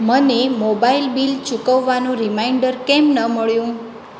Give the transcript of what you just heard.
મને mobile bill ચૂકવવાનું reminder કેમ ન મળ્યું